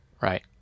right